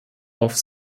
auf